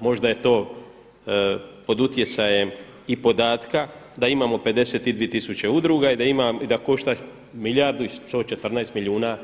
Možda je to pod utjecajem i podatka da imamo 52 tisuće udruga i da košta milijardu i 114 milijuna